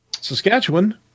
Saskatchewan